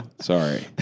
Sorry